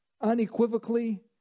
unequivocally